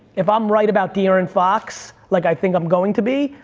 if i'm right about de'aaron fox, like i think i'm going to be,